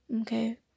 Okay